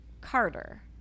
Carter